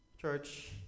Church